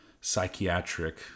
psychiatric